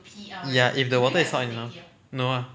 ya if the water is hot enough